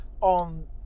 on